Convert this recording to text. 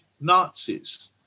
Nazis